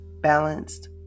balanced